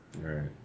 Right